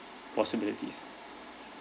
possibilities